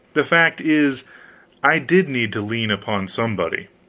the fact is i did need to lean upon somebody.